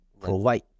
provide